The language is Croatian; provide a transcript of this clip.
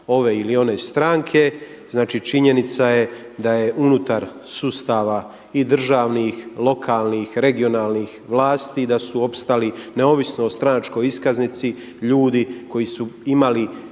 ove ili one stranke. Znači činjenica je da je unutar sustava i državnih, lokalnih, regionalnih vlasti da su opstali neovisno o stranačkoj iskaznici ljudi koji su imali